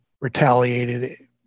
retaliated